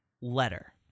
letter